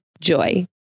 Joy